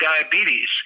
diabetes